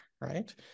right